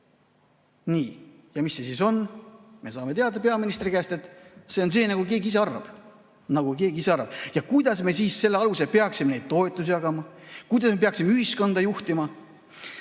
Nii. Ja mis see siis on? Me saime teada peaministri käest, et see on see, nagu keegi ise arvab. Nagu keegi ise arvab. Kuidas me siis selle alusel peaksime toetusi jagama? Kuidas me peaksime ühiskonda juhtima?